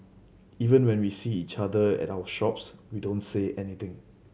even when we see each other at our shops we don't say anything